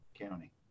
County